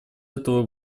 этого